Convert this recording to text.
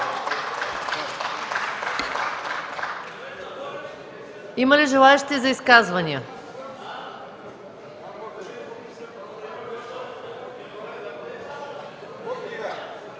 Има ли желаещи за изказвания?